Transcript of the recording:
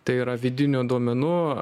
tai yra vidinių duomenų